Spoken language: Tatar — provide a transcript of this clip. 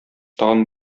тагын